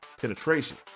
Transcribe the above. penetration